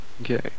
Okay